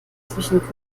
zwischen